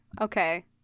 Okay